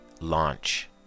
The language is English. launch